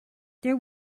there